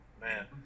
Man